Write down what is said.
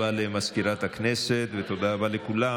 אפס מתנגדים, אפס נמנעים.